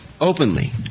openly